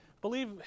Believe